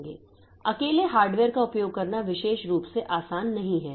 अकेले हार्डवेयर का उपयोग करना विशेष रूप से आसान नहीं है